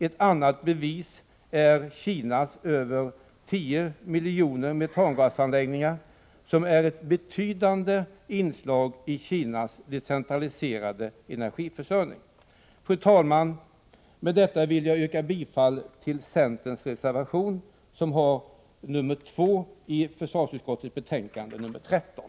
Ett annat bevis är Kinas över 10 miljoner metangasanläggningar, som utgör ett betydande inslag i Kinas decentraliserade energiförsörjning. Fru talman! Med detta vill jag yrka bifall till centerns reservation nr 2 i försvarsutskottets betänkande 13.